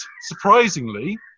surprisingly